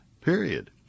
Period